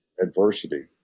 adversity